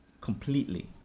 completely